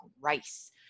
rice